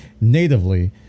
natively